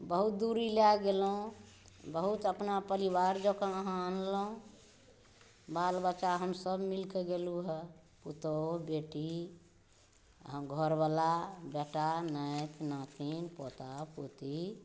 बहुत दूरी लए गेलहुॅं बहुत अपना पलिवार जोकाॅं अहाँ अनलहुॅं बाल बच्चा हमसब मिल कऽ गेलु हऽ पुतहु बेटी घरवाला बेटा नाति नातिन पोता पोती